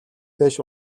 дээш